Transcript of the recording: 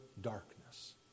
darkness